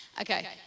okay